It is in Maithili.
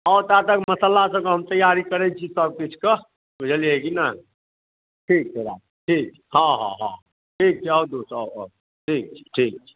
आउ ता तक मसाला सभकऽ हम तैआरी करैत छी सभकिछु कऽ बुझलियै कि नहि ठीक छै राखू ठीक छै हँ हँ हँ ठीक छै आउ दोस आउ आउ ठीक छै ठीक छै